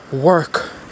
work